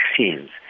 vaccines